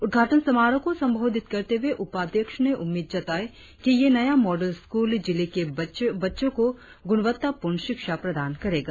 उद्घाटन समारोह को संबोधित करते हुए उपाध्यक्ष ने उम्मीद जताई कि यह नया मॉडल स्कूल जिले के बच्चे को गुणवत्तापूर्ण शिक्षा प्रदान करेगा